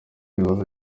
ibibazo